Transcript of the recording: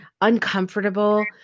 uncomfortable